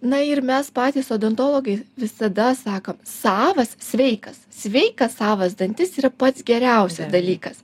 na ir mes patys odontologai visada sakom savas sveikas sveikas savas dantis yra pats geriausias dalykas